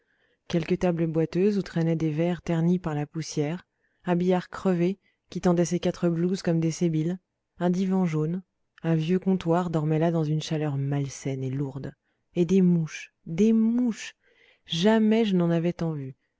quelques tables boiteuses où traînaient des verres ternis par la poussière un billard crevé qui tendait ses quatre blouses comme des sébiles un divan jaune un vieux comptoir dormaient là dans une chaleur malsaine et lourde et des mouches des mouches jamais je n'en avais tant vu